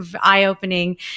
eye-opening